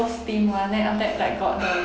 those steam one then after that like got the